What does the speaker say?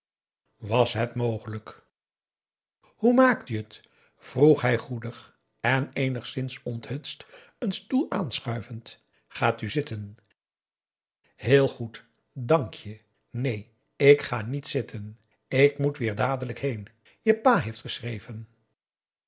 was het mogelijk hoe maakt u het vroeg hij goedig en eenigszins onthutst een stoel aanschuivend gaat u zitten heel goed dank je neen ik ga niet zitten ik moet weer dadelijk heen je pa heeft geschreven